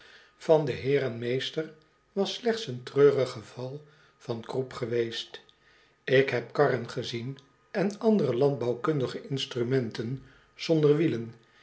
van den heer en meester was slechts een treurig geval van croup geweest ik heb karren gezien en andere landbouwkundige instrumenten zonder wielen